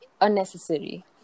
unnecessary